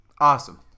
Awesome